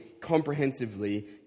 comprehensively